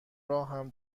راهم